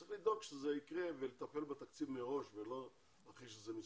צריך לדאוג שזה יקרה ולטפל בתקציב מראש ולא אחרי שזה מסתיים.